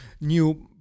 new